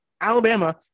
Alabama